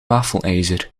wafelijzer